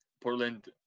Portland